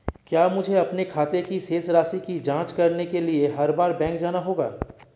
क्या मुझे अपने खाते की शेष राशि की जांच करने के लिए हर बार बैंक जाना होगा?